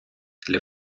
для